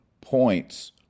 points